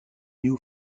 néo